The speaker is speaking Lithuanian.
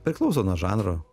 priklauso nuo žanro